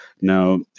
Now